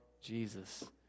Jesus